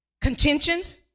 Contentions